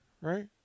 right